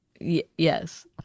Yes